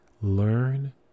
learn